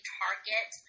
target